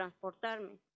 transportarme